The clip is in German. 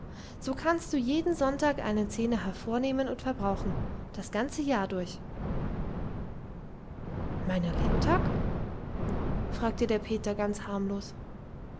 so kannst du jeden sonntag einen zehner hervornehmen und verbrauchen das ganze jahr durch meiner lebtag fragte der peter ganz harmlos